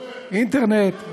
אינטרנט,